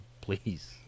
please